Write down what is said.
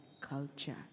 culture